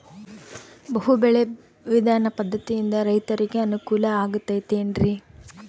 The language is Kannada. ಬಹು ಬೆಳೆ ವಿಧಾನ ಪದ್ಧತಿಯಿಂದ ರೈತರಿಗೆ ಅನುಕೂಲ ಆಗತೈತೇನ್ರಿ?